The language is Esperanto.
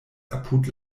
apud